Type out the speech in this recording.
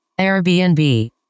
Airbnb